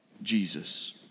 Jesus